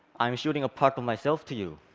i am shooting a part of myself to you.